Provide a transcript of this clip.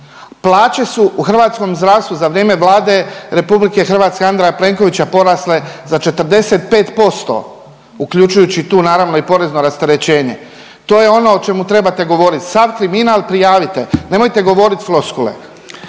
Plaće su u hrvatskom zdravstvu za vrijeme Vlade RH Andreja Plenkovića porasle za 45% uključujući tu, naravno i porezno rasterećenje. To je ono o čemu trebate govoriti. Sav kriminal prijavite, nemojte govoriti floskule.